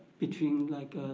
between like